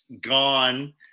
gone